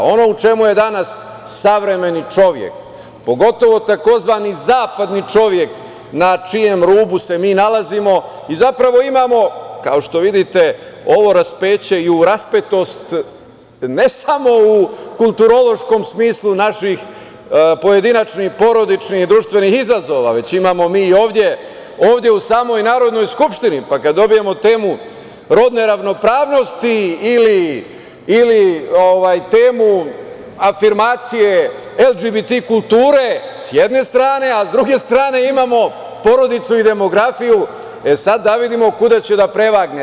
Ono u čemu je danas savremeni čovek, pogotovo tzv. zapadni čovek na čijem rubu se mi nalazimo i zapravo imamo, kao što vidite, ovo raspeće i raspetost ne samo u kulturološkom smislu naših pojedinačnih, porodičnih i društvenih izazova, već imamo mi i ovde u samoj Narodnoj skupštini, pa kad dobijemo temu rodne ravnopravnosti ili temu afirmacije LGBT kulture, s jedne strane, a sa druge strane imamo porodicu i demografiju, sada da vidimo kuda će da prevagne.